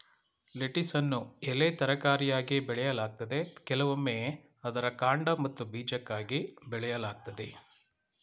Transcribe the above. ಲೆಟಿಸನ್ನು ಎಲೆ ತರಕಾರಿಯಾಗಿ ಬೆಳೆಯಲಾಗ್ತದೆ ಕೆಲವೊಮ್ಮೆ ಅದರ ಕಾಂಡ ಮತ್ತು ಬೀಜಕ್ಕಾಗಿ ಬೆಳೆಯಲಾಗ್ತದೆ